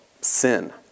sin